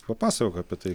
papasakok apie tai